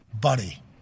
buddy